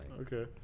okay